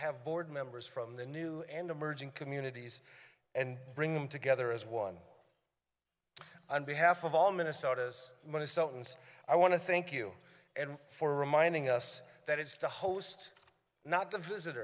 have board members from the new and emerging communities and bring them together as one on behalf of all minnesota's minnesotans i want to thank you for reminding us that it's the host not the